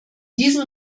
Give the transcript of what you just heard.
diesem